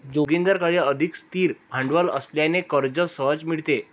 जोगिंदरकडे अधिक स्थिर भांडवल असल्याने कर्ज सहज मिळते